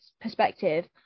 perspective